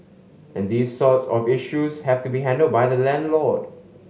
and these sort of issues have to be handled by the landlord